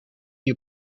die